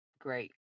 great